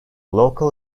local